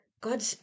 God